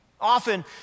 Often